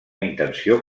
intenció